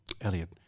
Elliot